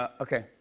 ah okay.